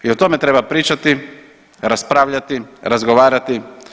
I o tome treba pričati, raspravljati, razgovarati.